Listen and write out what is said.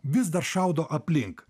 vis dar šaudo aplink